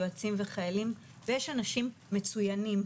יועצים וחיילים ויש אנשים מצוינים,